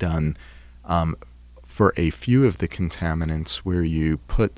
done for a few of the contaminants where you put